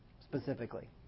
specifically